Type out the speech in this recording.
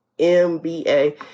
MBA